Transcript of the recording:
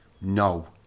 no